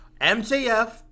mjf